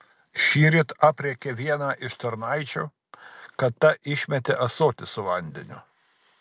šįryt aprėkė vieną iš tarnaičių kad ta išmetė ąsotį su vandeniu